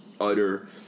utter